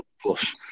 plus